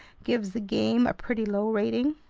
gives the game a pretty low rating.